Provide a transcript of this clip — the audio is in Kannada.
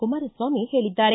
ಕುಮಾರಸ್ವಾಮಿ ಹೇಳಿದ್ದಾರೆ